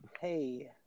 Hey